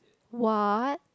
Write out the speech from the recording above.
what